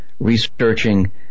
researching